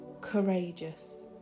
courageous